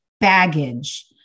baggage